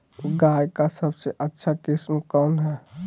गाय का सबसे अच्छा किस्म कौन हैं?